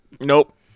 Nope